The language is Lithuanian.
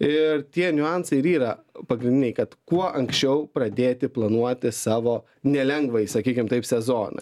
ir tie niuansai ir yra pagrindiniai kad kuo anksčiau pradėti planuoti savo nelengvąjį sakykim taip sezoną